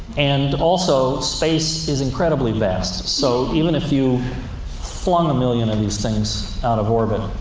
and also, space is incredibly vast. so even if you flung a million of these things out of orbit,